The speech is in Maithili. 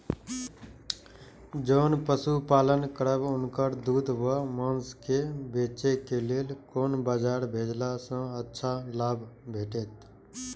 जोन पशु पालन करब उनकर दूध व माँस के बेचे के लेल कोन बाजार भेजला सँ अच्छा लाभ भेटैत?